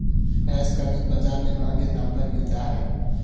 भैंस का दूध बाजार में महँगे दाम पर मिलता है